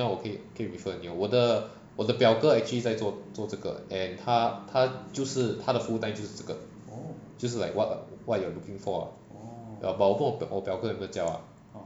ya 你要我可以可以 refer 你我的我的表哥 actually 在做做这个 and 他他就是他的 full time 就是这个就是 like what you are looking for ah ya but 我不懂我的表哥有没有教啊